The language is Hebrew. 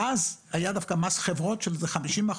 אז היה דווקא מס חברות של איזה 50%,